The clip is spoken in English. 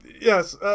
Yes